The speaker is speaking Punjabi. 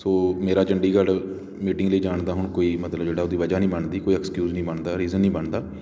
ਸੋ ਮੇਰਾ ਚੰਡੀਗੜ੍ਹ ਮੀਟਿੰਗ ਲਈ ਜਾਣ ਦਾ ਹੁਣ ਕੋਈ ਮਤਲਬ ਜਿਹੜਾ ਉਹਦੀ ਵਜ੍ਹਾ ਨਹੀਂ ਬਣਦੀ ਕੋਈ ਐਕਸਕਿਊਜ਼ ਨਹੀਂ ਬਣਦਾ ਰੀਜ਼ਨ ਨਹੀਂ ਬਣਦਾ